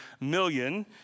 million